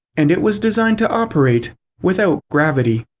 and it was designed to operate without gravity.